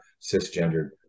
cisgendered